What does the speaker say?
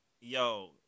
Yo